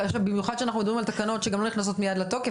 במיוחד כשאנחנו מדברים על תקנות שגם לא נכנסות מיד לתוקף,